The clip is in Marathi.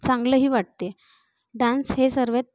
चांगलं ही वाटते डान्स हे सर्वात